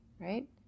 right